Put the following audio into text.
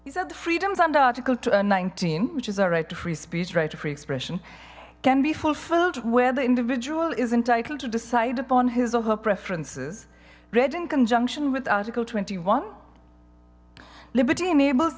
is that the freedoms under article two a nineteen which is a right to free speech right a free expression can be fulfilled where the individual is entitled to decide upon his or her preferences read in conjunction with article twenty one liberty enables